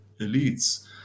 elites